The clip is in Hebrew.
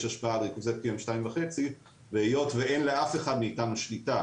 השפעה על ריכוזי PM2.5 והיות ואין לאף אחד מאתנו שליטה